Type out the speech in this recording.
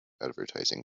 advertising